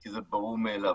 כי זה ברור מאליו.